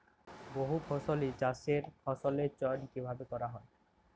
বহুফসলী চাষে ফসলের চয়ন কীভাবে করা হয়?